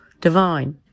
divine